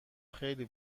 خیلی